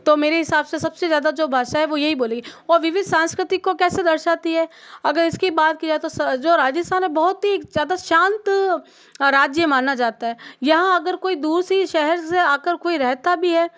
तो मेरे हिसाब से सबसे ज़्यादा जो भाषा है वो यही बोली विविध सांस्कृतिक को कैसे दर्शाती है अगर इसकी बात किया तो जो राजस्थान में बहुत ही ज़्यादा शांत राज्य माना जाता है यहाँ अगर कोई दूसरी शहर से आकर कोई रहता भी है